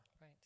Right